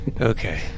Okay